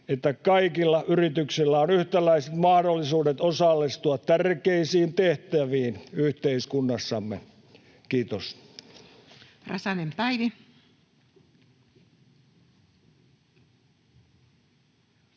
että kaikilla yrityksillä on yhtäläiset mahdollisuudet osallistua tärkeisiin tehtäviin yhteiskunnassamme. — Kiitos.